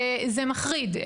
זה מחריד.